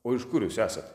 o iš kur jūs esat